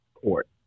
court